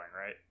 right